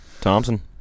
Thompson